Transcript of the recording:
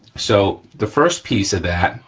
so, the first piece of that,